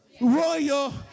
royal